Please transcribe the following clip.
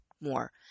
more